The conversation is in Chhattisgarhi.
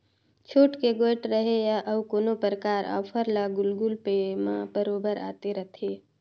छुट के गोयठ रहें या अउ कोनो परकार आफर हो गुगल पे म बरोबर आते रथे